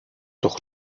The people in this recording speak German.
doch